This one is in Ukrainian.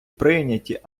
прийняті